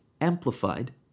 amplified